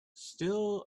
still